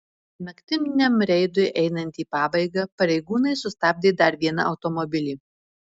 naktiniam reidui einant į pabaigą pareigūnai sustabdė dar vieną automobilį